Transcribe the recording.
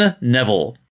Neville